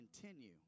continue